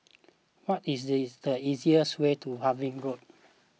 what is the easiest way to Harvey Road